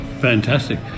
Fantastic